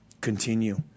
continue